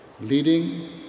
Leading